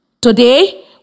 Today